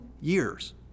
years